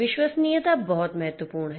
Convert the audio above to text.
विश्वसनीयता बहुत महत्वपूर्ण है